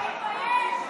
תתבייש,